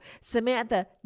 Samantha